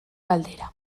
galdera